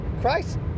Christ